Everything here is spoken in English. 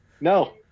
No